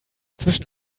zwischen